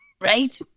right